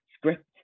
script